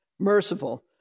merciful